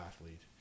athlete